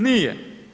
Nije.